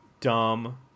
Dumb